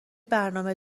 برنامه